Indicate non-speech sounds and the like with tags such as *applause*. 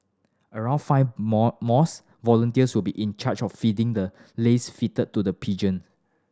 around five more mores volunteers will be in charge of feeding the lace feed *unintelligible* to the pigeon